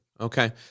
okay